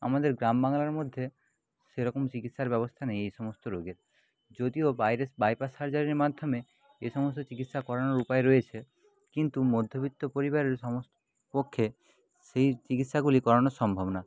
আমাদের গ্রাম বাংলার মধ্যে সেরকম চিকিৎসার ব্যবস্থা নেই এই সমস্ত রোগের যদিও বাইরে বাইপাস সার্জারির মাধ্যমে এ সমস্ত চিকিৎসা করানোর উপায় রয়েছে কিন্তু মধ্যবিত্ত পরিবারের পক্ষে সেই চিকিৎসাগুলি করানো সম্ভব না